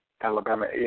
Alabama